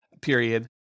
period